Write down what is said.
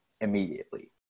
immediately